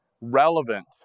relevant